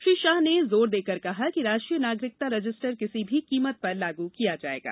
श्री अमित शाह ने जोर देकर कहा कि राष्ट्रीय नागरिकता रजिस्टर किसी भी कीमत पर लागू किया जाएगा